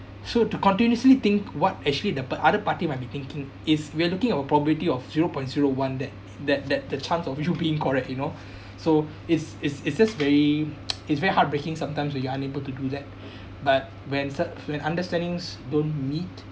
so to continuously think what actually the par~ other party might be thinking is we're looking of the probability of zero point zero one that that that the chance of you being correct you know so it's it's it's just very it's very heartbreaking sometimes if you are unable to do that but when cert ~ when understandings don't meet